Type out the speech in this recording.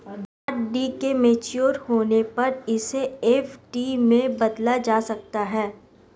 RD के mature होने पर इसे एफ.डी में बदला जा सकता है